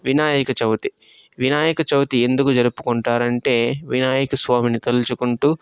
వినాయకచవితి వినాయకచవితి ఎందుకు జరుపుకుంటారంటే వినయకస్వామిని తలుచుకుంటూ